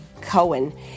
Cohen